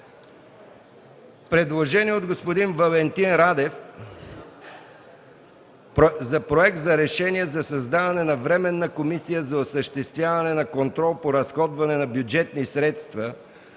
Предложение от господин Валентин Радев за Проект на решение за създаване на Временна комисия за осъществяване на контрол по разходване на бюджетни средства